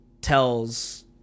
tells